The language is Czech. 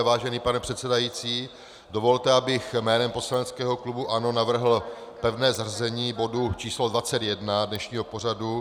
Vážený pane předsedající, dovolte, abych jménem poslaneckého klubu ANO navrhl pevné zařazení bodu číslo 21 dnešního pořadu.